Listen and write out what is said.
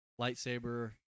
lightsaber